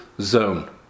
zone